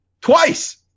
Twice